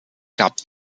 gab